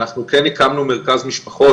אנחנו כן הקמנו מרכז משפחות,